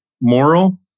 moral